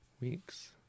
weeks